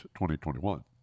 2021